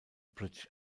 british